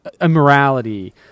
immorality